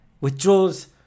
withdraws